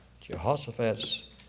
Jehoshaphat's